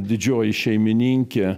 didžioji šeimininkė